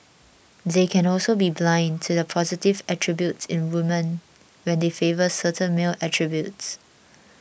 they can also be blind to the positive attributes in women when they favour certain male attributes